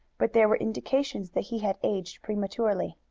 but there were indications that he had aged prematurely.